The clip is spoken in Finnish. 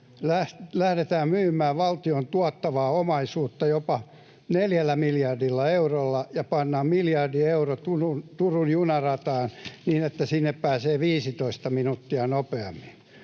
lähdetään myymään valtion tuottavaa omaisuutta jopa neljällä miljardilla eurolla ja pannaan miljardi euroa Turun junarataan niin, että sinne pääsee 15 minuuttia nopeammin.